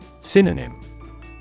Synonym